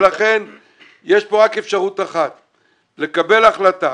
לכן יש כאן רק אפשרות אחת והיא לקבל החלטה,